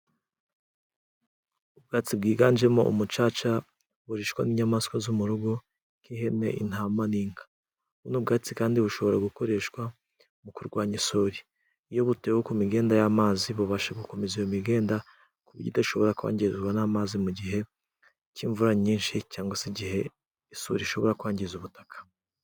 Ubwatsi bwiganjemo umucaca burishwa n'inyamaswa zo mu rugo nk'ihene, intama n'inka, buno bwatsi kandi bushobora gukoreshwa mu kurwanya isuri iyo butewe ku migenda y'amazi, bubasha gukomeza iyo migenda ku buryo idashobora kwangizwa n'amazi mu gihe cy'imvura nyinshi, cyangwa se igihe isuri ishobora kwangiza ubutaka.